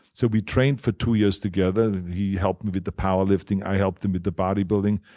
so we trained for two years together. he helped me with the powerlifting i helped him with the bodybuilding.